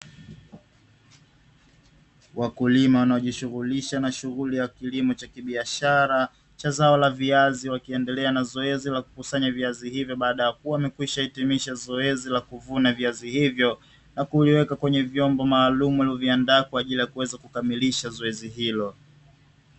Wakulima wanaojishughulisha na shughuli ya kilimo cha kibiashara cha zao la viazi wakiendelea na zoezi la kukusanya viazi hivyo, baada ya kuwa wamekwisha hitimisha zoezi la kuvuna viazi hivyo na kuviweka kwenye vyombo maalumu na kuviandaa kwa ajili ya kuweza kukamilisha zoezi hilo.